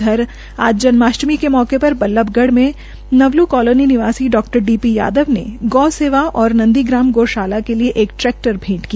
उधर आज जन्माष्टमी के मौके पर बल्लभगढ़ में नवल् कालोनी निवासी डी वी यादव ने गौ सेवा और नंदीग्राम गोशाला के लिए एक ट्रैक्टर भेंट किया